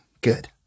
good